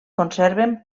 conserven